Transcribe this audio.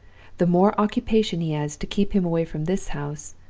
the more occupation he has to keep him away from this house,